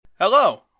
Hello